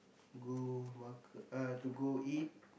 go mak~ uh to go eat